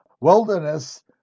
wilderness